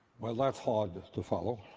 well, that's hard to follow.